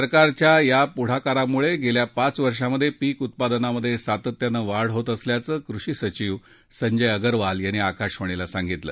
सरकारच्या या पुढाकारामुळे गेल्या पाच वर्षात पिक उत्पादनात सातत्यानं वाढ होत असल्याचं कृषी सचीव संजय अगरवाल यांनी आकाशवाणीला सांगितलं